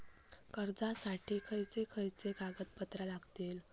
कर्जासाठी खयचे खयचे कागदपत्रा लागतली?